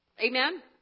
Amen